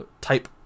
type